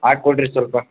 ಹಾಕಿ ಕೊಡಿರಿ ಸ್ವಲ್ಪ